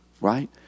Right